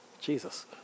Jesus